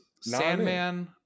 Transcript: Sandman